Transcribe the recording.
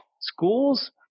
Schools